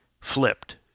flipped